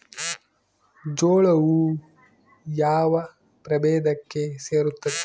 ಜೋಳವು ಯಾವ ಪ್ರಭೇದಕ್ಕೆ ಸೇರುತ್ತದೆ?